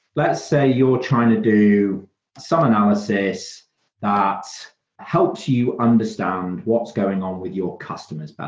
let's say you're trying to do some analysis that helps you understand what's going on with your customers. but